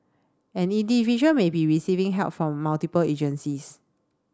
an individual may be receiving help from multiple agencies